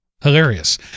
hilarious